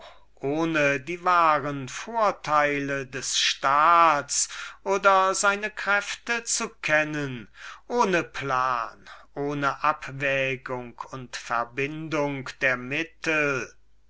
ohne die wahren vorteile des staats oder seine kräfte zu kennen ohne plan ohne kluge abwägung und verbindung der mittel doch